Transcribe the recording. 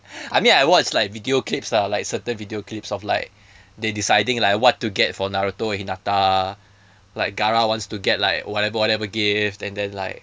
I mean I watch like video clips lah like certain video clips of like they deciding like what to get for naruto and hinata like gaara wants to get like whatever whatever gifts and then like